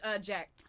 Jack